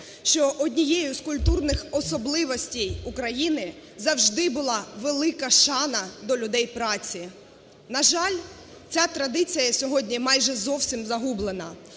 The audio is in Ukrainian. що однією з культурних особливостей України завжди була велика шана до людей праці. На жаль, ця традиція сьогодні майже зовсім загублена,